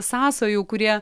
sąsajų kurie